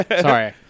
Sorry